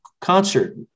concert